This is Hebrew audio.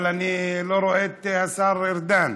אבל אני לא רואה את השר ארדן.